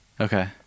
Okay